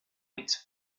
knight